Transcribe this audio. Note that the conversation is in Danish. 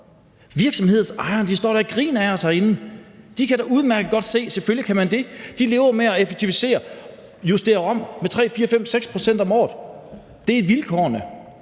Virksomhedsejerne står da og griner af os herinde, for de kan da udmærket godt se, at selvfølgelig kan man det. De lever jo med at effektivisere, justere om med 3, 4, 5 eller 6 pct. om året, det er vilkårene.